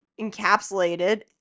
encapsulated